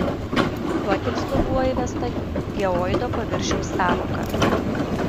tuo tikslu buvo įvesta geoido paviršiaus sąvoka